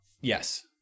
Yes